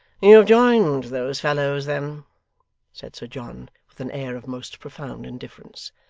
you have joined those fellows then said sir john, with an air of most profound indifference.